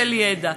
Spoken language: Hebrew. של ידע,